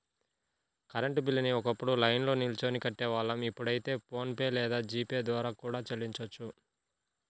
current బిల్లుని ఒకప్పుడు లైన్లో నిల్చొని కట్టేవాళ్ళం ఇప్పుడైతే ఫోన్ పే లేదా జీ పే ద్వారా కూడా చెల్లించొచ్చు